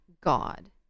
God